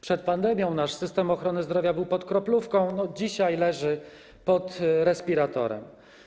Przed pandemią nasz system ochrony zdrowia był pod kroplówką, dzisiaj leży pod respiratorem.